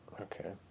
Okay